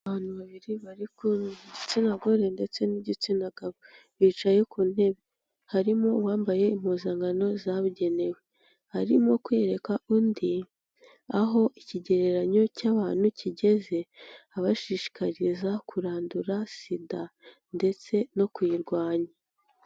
Abantu babiri bari kumwe igitsina gore ndetse n'igitsina gabo bicaye ku ntebe, harimo uwambaye impuzankano zabugenewe, arimo kwereka undi aho ikigereranyo cy'abantu kigeze abashishikariza kurandura SIDA ndetse no kuyirwanya.